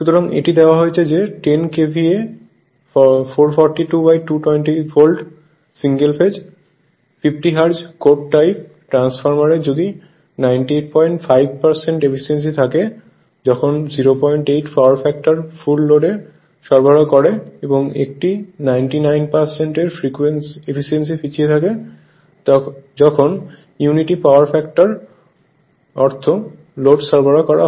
সুতরাং এটি দেওয়া হয়েছে যে 100 KVA 442 220 ভোল্টের single phase 50 hertz core type ট্রান্সফরমারের যদি 985 এফিসিয়েন্সি থাকে যখন 08 পাওয়ার ফ্যাক্টরে পূর্ণ লোড সরবরাহ করে এবং একটি 99 এর এফিসিয়েন্সি পিছিয়ে থাকে যখন ইউনিটি পাওয়ার ফ্যাক্টরে অর্ধ লোড সরবরাহ করা হয়